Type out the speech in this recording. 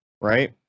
Right